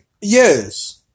Yes